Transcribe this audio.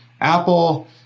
Apple